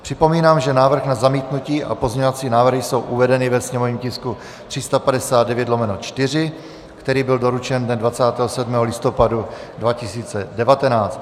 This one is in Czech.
Připomínám, že návrh na zamítnutí a pozměňovací návrhy jsou uvedeny ve sněmovním tisku 359/4, který byl doručen dne 27. listopadu 2019.